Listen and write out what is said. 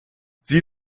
sie